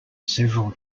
several